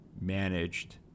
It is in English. managed